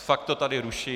Fakt to tady ruší.